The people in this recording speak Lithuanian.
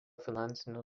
finansinių